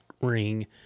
Ring